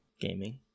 gaming